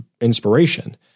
inspiration